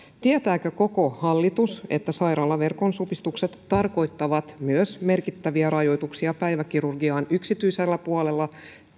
tietääkö koko hallitus että sairaalaverkon supistukset tarkoittavat myös merkittäviä rajoituksia päiväkirurgiaan yksityisellä puolella